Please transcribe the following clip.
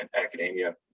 academia